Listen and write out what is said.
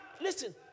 Listen